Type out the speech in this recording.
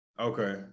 Okay